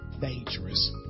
dangerous